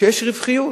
שיש רווחיות.